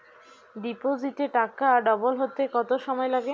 ডিপোজিটে টাকা ডবল হতে কত সময় লাগে?